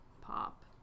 pop